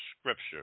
scripture